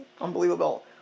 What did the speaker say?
Unbelievable